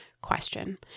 question